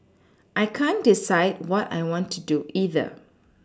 I can't decide what I want to do either